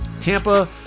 Tampa